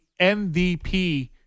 MVP